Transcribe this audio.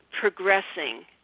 progressing